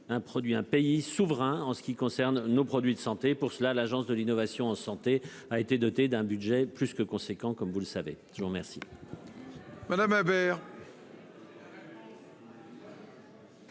un pays souverain. En ce qui concerne nos produits de santé pour cela. L'agence de l'innovation en santé a été dotée d'un budget plus que conséquent comme vous le savez, je vous remercie.